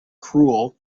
cruel